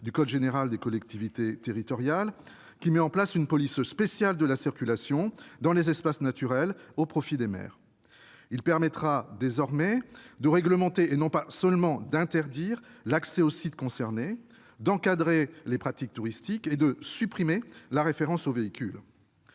du code général des collectivités territoriales, qui met en place une police spéciale de la circulation dans les espaces naturels, au profit des maires. Cette disposition permettra de réglementer, et non pas seulement d'interdire, l'accès aux sites concernés, d'encadrer les pratiques touristiques et de supprimer la référence aux véhicules.